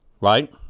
right